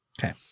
Okay